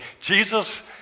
Jesus